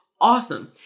awesome